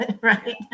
right